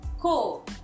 cool